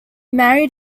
married